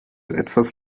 etwas